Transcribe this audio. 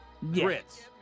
grits